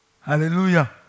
Hallelujah